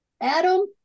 Adam